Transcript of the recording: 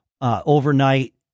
overnight